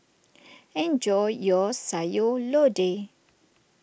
enjoy your Sayur Lodeh